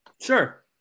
Sure